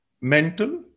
mental